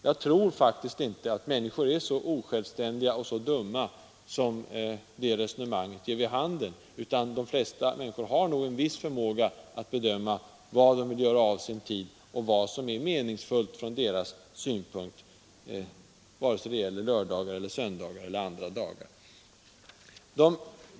Jag tror faktiskt inte att människor är så osjälvständiga och dumma som det resonemanget vill ge vid handen. De flesta människor har nog en viss förmåga att bedöma vad de vill göra med sin tid och vad som från deras synpunkt är meningsfullt, antingen det gäller söndagar eller andra dagar.